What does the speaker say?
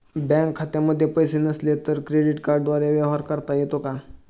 Bank खात्यामध्ये पैसे नसले तरी क्रेडिट कार्डद्वारे व्यवहार करता येतो का?